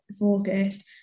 August